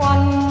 One